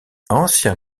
ancien